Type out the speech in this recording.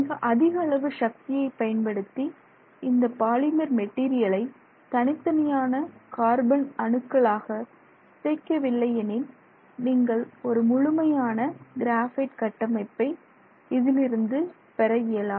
மிக அதிக அளவு சக்தியைப் பயன்படுத்தி இந்த பாலிமர் மெட்டீரியலை தனித்தனியான கார்பன் அணுக்களாக சிதைக்கவில்லை எனில் நீங்கள் ஒரு முழுமையான கிராபைட் கட்டமைப்பை இதிலிருந்து பெற இயலாது